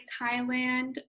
Thailand